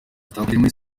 zitandukanye